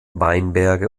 weinberge